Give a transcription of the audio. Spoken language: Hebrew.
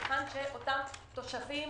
היכן שאותם תושבים,